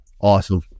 awesome